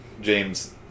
James